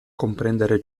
comprendere